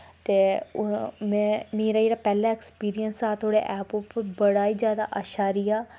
ते मेरा जेह्ड़ा पैह्ला अक्सपीरिंस हा थोआढ़े ऐप उप्पर बड़ा गै अच्छा रेहा